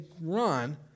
run